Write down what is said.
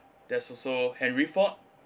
there's also henry ford